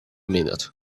minute